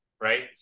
right